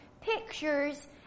pictures